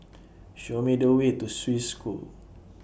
Show Me The Way to Swiss School